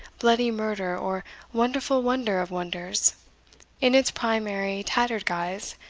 bloody murder, or wonderful wonder of wonders in its primary tattered guise,